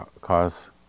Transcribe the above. cause